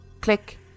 click